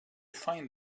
find